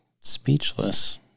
speechless